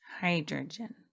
Hydrogen